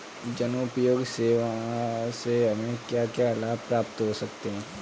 जनोपयोगी सेवा से हमें क्या क्या लाभ प्राप्त हो सकते हैं?